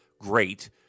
Great